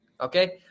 Okay